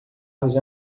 los